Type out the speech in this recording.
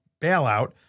bailout